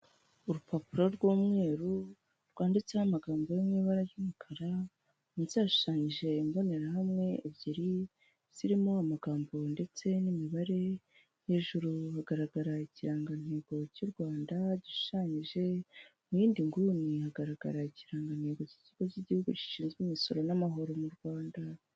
Urupapuro rw'umweru rwanditseho amagambo yo mu ibara ry'umukara, munsi hashushanyije imbonerahamwe ebyiri zirimo amagambo ndetse n'imibare, hejuru hagaragara ikirangantego cy'u Rwanda gishushanyije, mu yindi nguni hagaragara ikirangantego cy'ikigo cy'igihugu gishinzwe imisoro n'amahoro mu Rwanda.